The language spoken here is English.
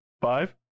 five